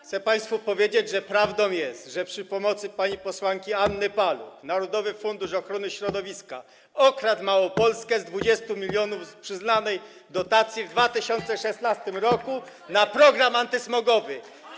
Chcę państwu powiedzieć, że prawdą jest, iż przy pomocy pani posłanki Anny Paluch narodowy fundusz ochrony środowiska okradł Małopolskę z 20 mln przyznanej dotacji w 2016 r. na program antysmogowy.